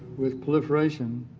with proliferation,